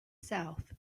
south